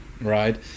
right